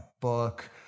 book